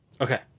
Okay